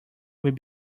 will